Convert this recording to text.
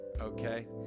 okay